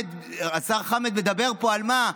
השר חמד מדבר פה, על מה?